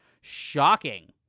Shocking